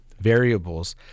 variables